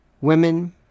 women